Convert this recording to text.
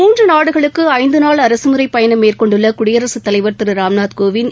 மூன்று நாடுகளுக்கு ஐந்து நாள் அரசுமுறைப் பயணம் மேற்கொண்டுள்ள குடியரசுத் தலைவா் திரு ராம்நாத் கோவிந்த்